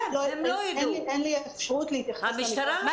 אין לי אפשרות להתייחס למקרה הספציפי.